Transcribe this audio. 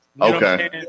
okay